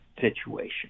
situation